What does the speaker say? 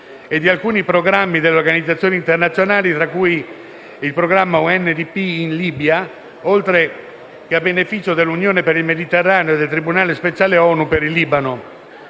e di alcuni programmi delle organizzazioni internazionali (fra cui il programma UNDP in Libia), oltre che a beneficio dell'Unione per il Mediterraneo e del Tribunale speciale ONU per il Libano.